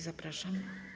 Zapraszam.